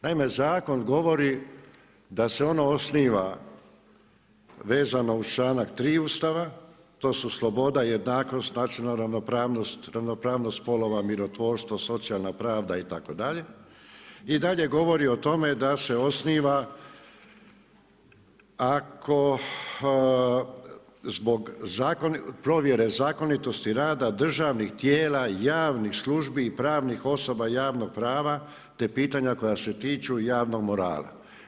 Naime zakon govori da se on osniva vezano uz članak 3. Ustava, to su sloboda, jednakost, nacionalna ravnopravnost, ravnopravnost spolova, mirotvorstvo, socijalna pravda itd., i dalje govori o tome da se osniva ako, zbog provjere zakonitosti rada državnih tijela javnih službi i pravnih osoba javnog prava te pitanja koja se tiču javnog morala.